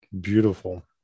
Beautiful